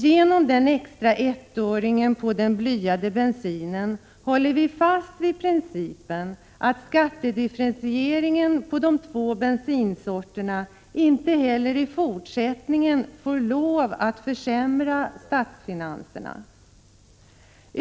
Genom den extra ettöringen på den blyade bensinen håller vi fast vid principen att skattedifferentieringen mellan de två bensinsorterna inte heller i fortsättningen får lov att försämra statsfinanserna.